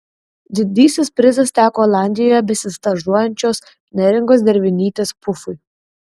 didysis prizas teko olandijoje besistažuojančios neringos dervinytės pufui